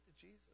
Jesus